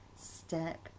step